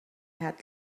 had